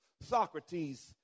Socrates